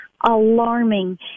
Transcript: alarming